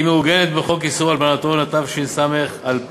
היא מעוגנת בחוק איסור הלבנת הון, התש"ס 2000,